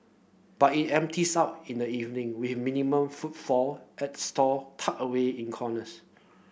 but it empties out in the evening with minimal footfall at stall tucked away in corners